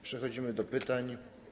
Przechodzimy do pytań.